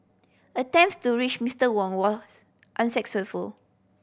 attempts to reach Mister Wang were unsuccessful